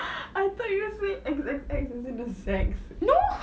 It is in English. you say X X X as in the sex